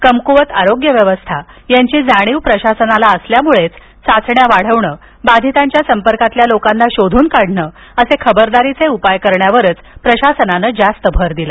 कमकुवत आरोग्य व्यवस्था याची जाणीव प्रशासनाला असल्यामुळेच चाचण्या वाढवणं बाधितांच्या संपर्कातील लोकांना शोधून काढणं असे खबरदारीचे उपाय करण्यावरच प्रशासनानं जास्त भर दिला